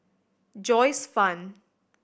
Joyce Fan